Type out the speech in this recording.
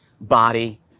body